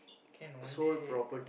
can one day uh